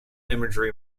imagery